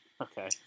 Okay